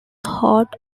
hot